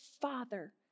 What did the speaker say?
Father